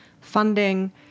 funding